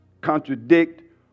contradict